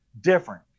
different